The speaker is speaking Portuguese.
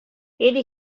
ele